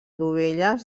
dovelles